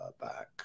Back